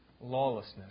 lawlessness